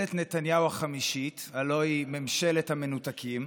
לממשלת נתניהו החמישית, הלוא היא ממשלת המנותקים.